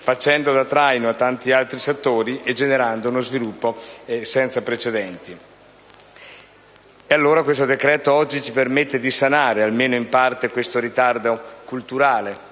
facendo da traino a tanti altri settori e generando uno sviluppo senza precedenti. E allora questo provvedimento oggi ci permette di sanare almeno in parte questo ritardo culturale: